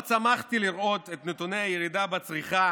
מאוד שמחתי לראות את נתוני הירידה בצריכה